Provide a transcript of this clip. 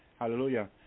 hallelujah